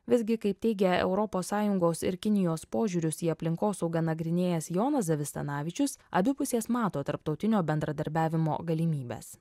visgi kaip teigia europos sąjungos ir kinijos požiūrius į aplinkosaugą nagrinėjęs jonas zavistanavičius abi pusės mato tarptautinio bendradarbiavimo galimybes